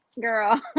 girl